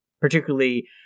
particularly